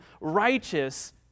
righteous